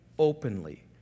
openly